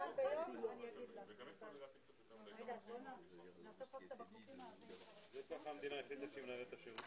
אנחנו כן עובדים ביחד עם הרשות למצוא מענה במסגרת היטל ביצוע של השירות